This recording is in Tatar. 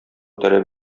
таләп